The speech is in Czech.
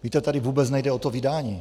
Víte, tady vůbec nejde o to vydání.